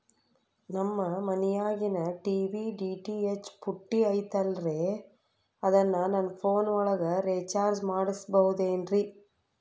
ನಮ್ಮ ಮನಿಯಾಗಿನ TV DTH ಪುಟ್ಟಿ ಐತಲ್ರೇ ಅದನ್ನ ನನ್ನ ಪೋನ್ ಒಳಗ ರೇಚಾರ್ಜ ಮಾಡಸಿಬಹುದೇನ್ರಿ?